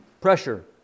Pressure